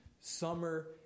summer